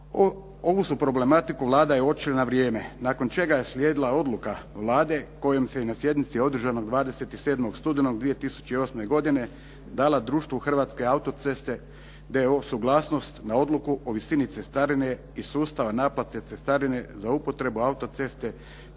Ovu su problematiku, Vlada je uočila na vrijeme nakon čega je slijedila odluka Vlade kojom se na sjednici održanoj 27. studenog 2008. godine dala društvu Autoceste d.o.o. suglasnost na odluku o visini cestarine i sustava naplate cestarine za upotrebe autoceste temeljen